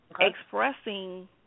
expressing